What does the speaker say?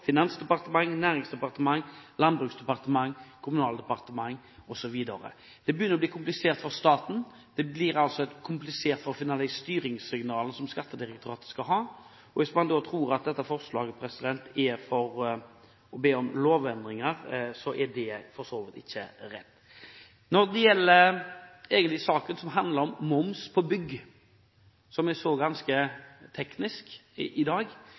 Finansdepartementet, Næringsdepartementet, Landbruksdepartementet, Kommunaldepartementet osv. Det begynner å bli komplisert for staten, det blir komplisert å finne de styringssignalene som Skattedirektoratet skal ha. Hvis man tror dette forslaget er fremmet for å be om lovendringer, er det for så vidt ikke riktig. Når det gjelder saken som handler om moms på bygg, og som er ganske teknisk,